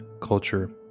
culture